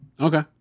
okay